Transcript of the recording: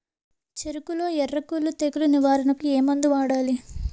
చెఱకులో ఎర్రకుళ్ళు తెగులు నివారణకు ఏ మందు వాడాలి?